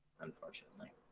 unfortunately